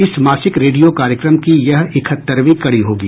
इस मासिक रेडियो कार्यक्रम की यह इकहत्तरवीं कड़ी होगी